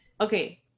Okay